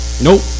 Nope